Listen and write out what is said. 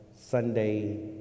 Sunday